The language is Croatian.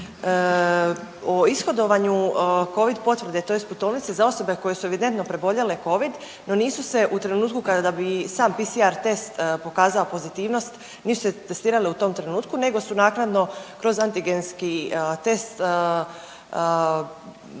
o ishodovanju covid potvrde tj. putovnice za osobe koje su evidentno preboljele covid no nisu se u trenutku kada bi sam PCR test pokazao pozitivnost nisu se testirali u tom trenutku nego su naknadno kroz antigenski test